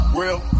real